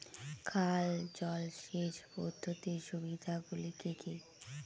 খাল জলসেচ পদ্ধতির সুবিধাগুলি কি কি?